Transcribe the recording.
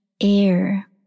air